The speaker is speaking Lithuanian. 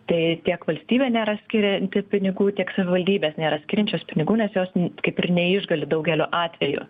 tai tiek valstybė nėra skirianti pinigų tiek savivaldybės nėra skiriančios pinigų nes jos kaip ir neišgali daugeliu atvejų